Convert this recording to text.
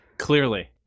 Clearly